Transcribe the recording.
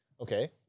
okay